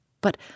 but